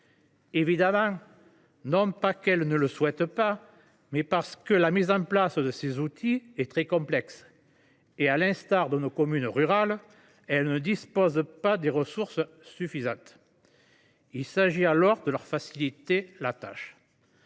ces entreprises ne le souhaitent pas, mais parce que la mise en place de ces outils est très complexe. Et, à l’instar de nos communes rurales, ces entreprises ne disposent pas des ressources suffisantes. Il s’agit alors de leur faciliter la tâche.